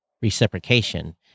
reciprocation